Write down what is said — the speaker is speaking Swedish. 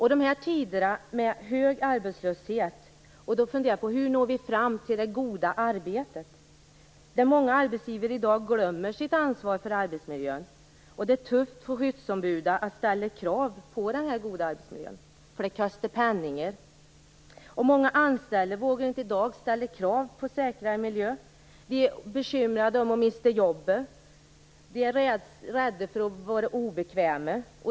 I dessa tider med hög arbetslöshet är det viktigt att fundera över hur man når fram till det goda arbetet. Många arbetsgivare glömmer i dag sitt ansvar för arbetsmiljön. Det är tufft för skyddsombuden att ställa krav på en god arbetsmiljö, eftersom det kostar pengar. Många anställda vågar i dag inte ställa krav på säkrare miljö. De är bekymrade för att mista sina jobb, och de är rädda för att vara obekväma.